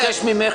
אני מבקש ממך.